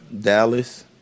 Dallas